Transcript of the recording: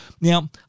Now